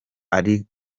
ari